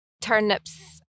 turnips